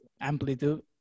amplitude